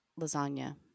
lasagna